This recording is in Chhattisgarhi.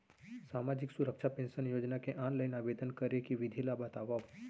सामाजिक सुरक्षा पेंशन योजना के ऑनलाइन आवेदन करे के विधि ला बतावव